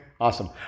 Awesome